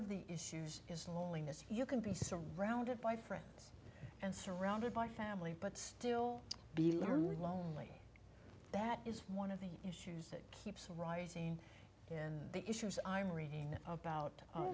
of the issues is loneliness you can be surrounded by friends and surrounded by family but still be learning lonely that is one of the issues keeps rising and the issues i read about